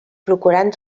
procurant